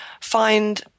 find